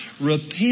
repent